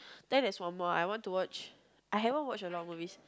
then there's one more I want to watch I haven't watch a lot of movie